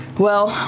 well.